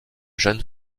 jeune